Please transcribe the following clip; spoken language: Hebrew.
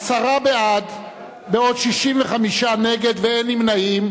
עשרה בעד, בעוד 65 נגד, ואין נמנעים.